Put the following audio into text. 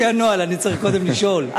רק לפי הנוהל אני צריך קודם לשאול.